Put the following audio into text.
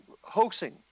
hoaxing